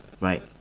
right